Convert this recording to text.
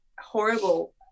horrible